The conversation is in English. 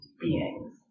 beings